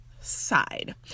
side